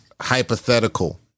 hypothetical